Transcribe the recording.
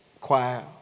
choir